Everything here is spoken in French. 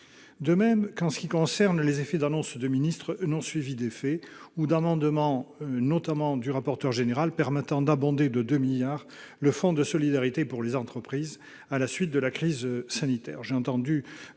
de même en ce qui concerne les annonces de ministres non suivies d'effet ou les amendements, notamment du rapporteur général, visant à abonder de 2 milliards d'euros le fonds de solidarité pour les entreprises, à la suite de la crise sanitaire.